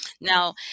Now